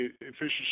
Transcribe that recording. efficiency